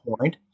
point